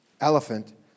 elephant